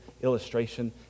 illustration